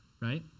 right